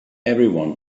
everyone